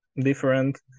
different